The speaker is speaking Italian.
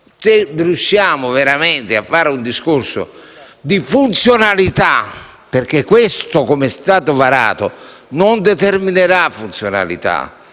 riuscire veramente a fare un discorso di funzionalità, perché questo testo, così com'è stato varato, non determinerà funzionalità